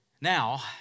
Now